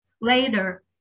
Later